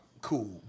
cool